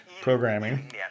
programming